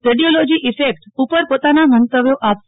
radiology effect ઉપર પોતાના મંતવ્યો આપશે